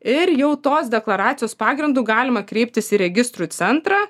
ir jau tos deklaracijos pagrindu galima kreiptis į registrų centrą